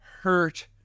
hurt